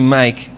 make